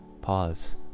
Pause